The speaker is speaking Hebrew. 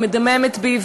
היא מדממת בי,